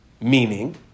Meaning